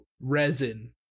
resin